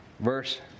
Verse